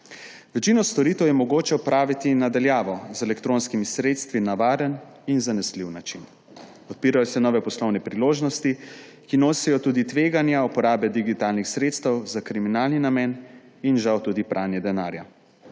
Večino storitev je mogoče opraviti na daljavo, z elektronskimi sredstvi na varen in zanesljiv način. Odpirajo se nove poslovne priložnosti, ki nosijo tudi tveganja uporabe digitalnih sredstev za kriminalni namen in žal tudi pranje denarja.